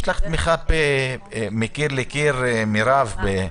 יש לך תמיכה מקיר לקיר, מרב.